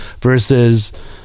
versus